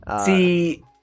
See